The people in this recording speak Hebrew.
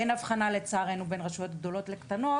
אין הבחנה, לצערנו, בין רשויות גדולות לקטנות